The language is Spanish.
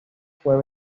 fue